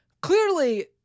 clearly